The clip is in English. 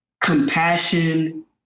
compassion